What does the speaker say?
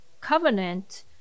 covenant